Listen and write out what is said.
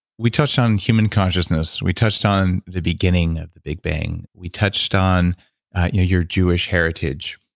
we touched on human consciousness. we touched on the beginning of the big bang. we touched on your jewish heritage